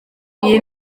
iyi